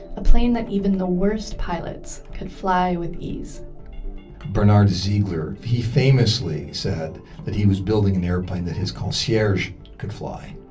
a plane that even the worst pilots could fly with ease bernard ziegler, he famously said that he was building an airplane that has concierge could fly